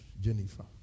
Jennifer